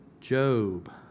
Job